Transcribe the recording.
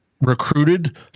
recruited